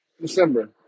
December